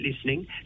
listening